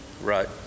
Right